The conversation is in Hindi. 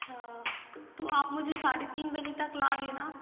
अच्छा तो आप मुझे साढ़े तीन बजे तक ला देना